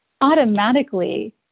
Automatically